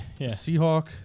Seahawk